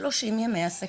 30 ימי עסקים,